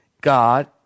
God